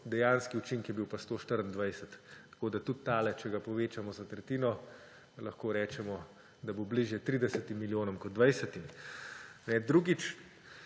dejanski učinek pa 124, tako da tudi tale, če ga povečamo za tretjino, lahko rečemo, da bo bližje 30 milijonom kot 20. Drugič.